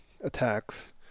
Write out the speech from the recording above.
attacks